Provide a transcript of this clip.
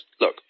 look